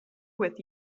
with